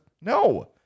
No